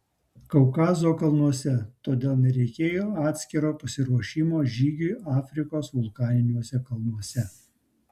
kaukazo kalnuose todėl nereikėjo atskiro pasiruošimo žygiui afrikos vulkaniniuose kalnuose